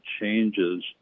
changes